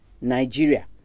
Nigeria